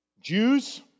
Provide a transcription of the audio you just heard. Jews